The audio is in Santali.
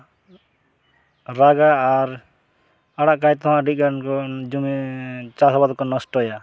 ᱨᱟᱜᱟ ᱟᱨ ᱟᱲᱟᱜ ᱠᱟᱭ ᱛᱮᱦᱚᱸ ᱟᱹᱰᱤᱜᱟᱱ ᱡᱚᱢᱤ ᱪᱟᱥ ᱟᱵᱟᱫᱽ ᱠᱚ ᱱᱚᱥᱴᱚᱭᱟ